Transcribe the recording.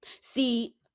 See